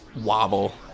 wobble